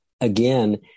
again